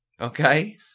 Okay